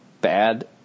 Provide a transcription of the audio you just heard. bad